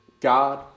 God